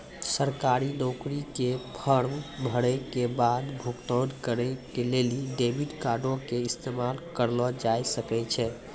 सरकारी नौकरी के फार्म भरै के बाद भुगतान करै के लेली डेबिट कार्डो के इस्तेमाल करलो जाय सकै छै